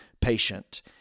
patient